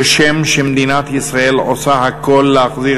כשם שמדינת ישראל עושה הכול להחזיר